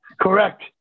Correct